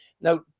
now